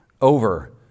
over